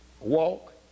walk